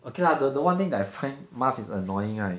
okay lah the the one thing that find mask is annoying right